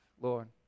Lord